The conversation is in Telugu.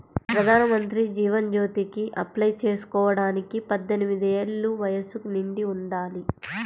ప్రధానమంత్రి జీవన్ జ్యోతికి అప్లై చేసుకోడానికి పద్దెనిది ఏళ్ళు వయస్సు నిండి ఉండాలి